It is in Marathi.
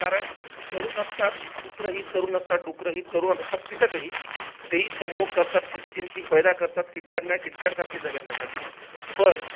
कारण तरुण असतात कुत्रंही तरुण असतात डुकरंही तरुण असतात कीटकही तेही संभोग करतात किटकींशी पैदा करतात कीटकांना कीटकनसारखे झगडण्यासाठी पण